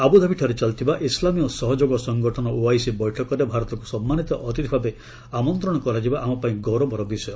ଆବୁଧାବିରେ ଚାଲିଥିବା ଇସ୍ଲାମୀୟ ସହଯୋଗ ସଙ୍ଗଠନ ଓଆଇସି ବୈଠକରେ ଭାରତକୁ ସମ୍ମାନିତ ଅତିଥି ଭାବେ ଆମନ୍ତ୍ରଣ କରାଯିବା ଆମପାଇଁ ଗୌରବର ବିଷୟ